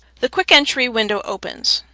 the quick entry window opens.